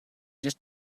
just